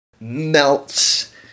melts